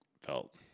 felt